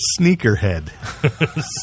sneakerhead